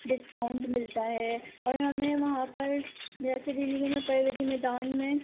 discount ملتا ہے اور ہمیں وہاں پر جیسے دلی میں پرگتی میدان میں